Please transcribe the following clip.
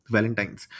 Valentines